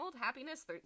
happiness